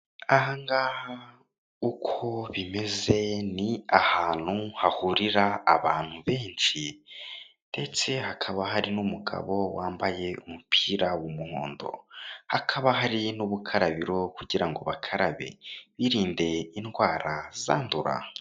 Ahangaha uko bimeze ni ahantu hahurira abantu benshi ndetse hakaba hari n'umugabo wambaye umupira w'umuhondo hakaba hari n'ubukarabiro kugira ngo bakarabe birinde indwara zandura.